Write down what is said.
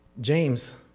James